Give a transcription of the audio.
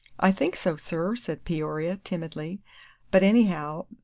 i think so, sir, said peoria, timidly but, anyhow,